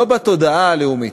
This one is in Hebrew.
לא בתודעה הלאומית.